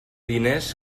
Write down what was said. diners